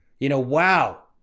you know? wow.